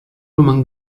roman